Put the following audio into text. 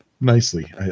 nicely